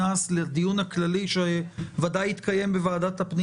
לדיון הכללי שוודאי יתקיים בוועדת הפנים